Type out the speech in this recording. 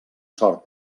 sort